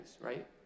right